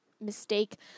mistake